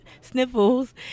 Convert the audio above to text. sniffles